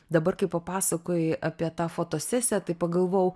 dabar kai papasakojai apie tą fotosesiją tai pagalvojau